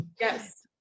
Yes